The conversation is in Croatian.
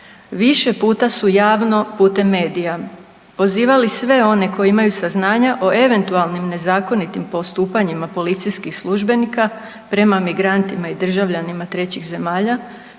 više puta su javno putem medija pozivali sve one koji imaju saznanja o eventualnim nezakonitim postupanjima policijskih službenika prema migrantima i državljanima trećih zemalja